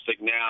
now